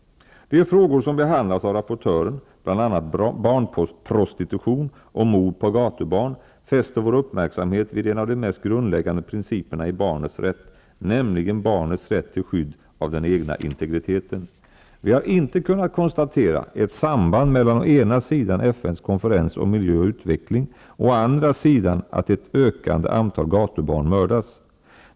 De frågor som behandlas av rapportören, bl.a. barnprostitution och mord på gatubarn, fäster vår uppmärksamhet vid en av de mest grundläg gande principerna i barnets rätt, nämligen barnets rätt till skydd av den egna integriteten. Vi har inte kunnat konstatera ett samband mellan å ena sidan FN:s konfe rens om miljö och utveckling och å andra sidan ett ökande antal mördade gatubarn.